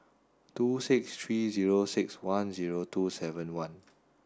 two six three zero six one two seven one